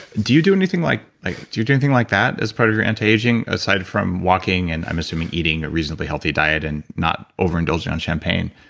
do you do anything like. do you do anything like that as part of your anti-aging? aside from walking, and i'm assuming eating a reasonably healthy diet, and not overindulging on champagne,